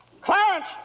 Clarence